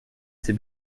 ces